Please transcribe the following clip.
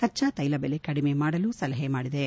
ಕಚ್ಚಾತ್ವೆಲ ಬೆಲೆ ಕಡಿಮೆ ಮಾಡಲು ಸಲಹೆ ಮಾಡಿವೆ